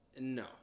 No